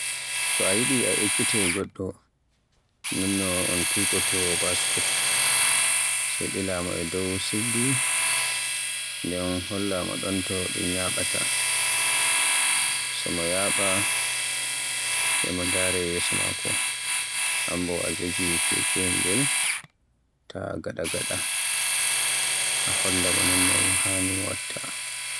So a yiɗi a ekkitai goɗɗo non no un tukoto baskul, Sai ɓila mo e dow sirdi, nden holla mo don to ɗun yahaata, so mi yaaɓa e mo ndara yeso maako. Am bo a jogi kekeyel angel ta gaɗa-gaɗa a holla mo non no mo haani mo waɗaata.